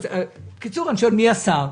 שאלתי: מי השר?